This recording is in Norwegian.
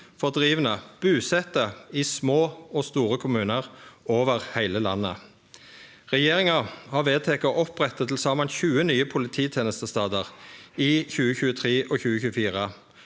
fordrivne busette i små og store kommunar over heile landet. Regjeringa har vedteke å opprette til saman 20 nye polititenestestader i 2023 og 2024.